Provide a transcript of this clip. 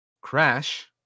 Crash